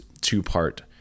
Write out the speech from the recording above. two-part